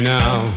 now